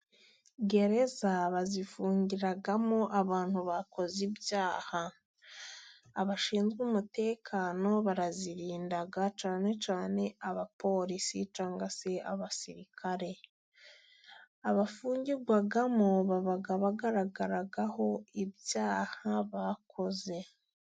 Gereza bazifungiramo abantu bakoze ibyaha, abashinzwe umutekano barazirinda, cyane cyane abaporisi cyangwa se abasirikare, abafungirwamo baba bagaragaraho ibyaha bakoze.